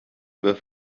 with